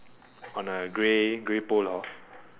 on a grey grey pole of